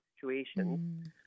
situations